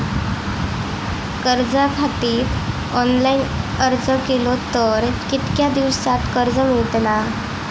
कर्जा खातीत ऑनलाईन अर्ज केलो तर कितक्या दिवसात कर्ज मेलतला?